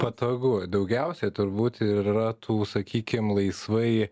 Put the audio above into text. patogu daugiausiai turbūt ir yra tų sakykim laisvai